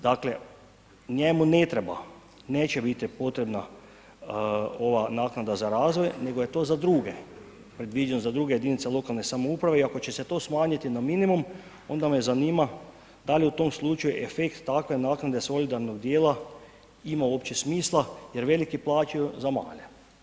Dakle njemu ne treba, neće biti potreba ova naknada za razvoj nego je to za druge, predviđen za druge jedinice lokalne samouprave i ako će se to smanjiti na minimum, onda me zanima da li u tom slučaju efekt takve naknade solidarnog djela ima uopće smisla jer veliki plaćaju za male.